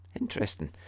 Interesting